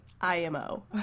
IMO